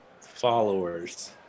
followers